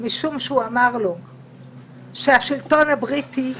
משום שהוא אמר לו שהשלטון הבריטי